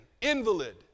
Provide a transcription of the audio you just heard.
invalid